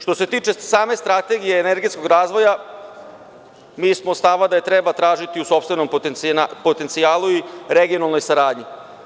Što se tiče same Strategije energetskog razvoja, mi smo stava da je treba tražiti u sopstvenom potencijalu i regionalnoj saradnji.